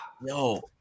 No